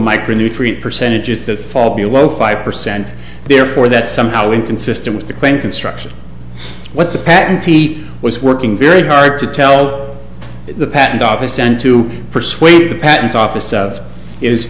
micronutrient percentages that fall below five percent therefore that somehow inconsistent with the claim construction what the patent he was working very hard to tell the patent obvious and to persuade the patent office of is